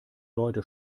leute